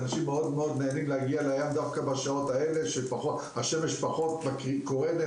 אנשים נהנים להגיע לים דווקא בשעות האלה כאשר השמש פחות קורנת